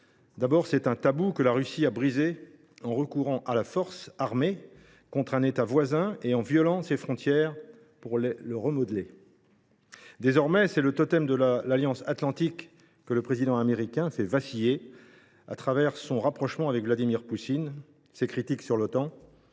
D’abord, c’est un tabou que la Russie a brisé, en recourant à la force armée contre un État voisin et en violant ses frontières pour les remodeler. Désormais, c’est le totem de l’alliance atlantique que le Président américain fait vaciller au travers de son rapprochement avec Vladimir Poutine, de ses critiques envers l’Otan,